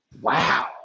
Wow